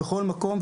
בכל מקום,